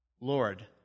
Lord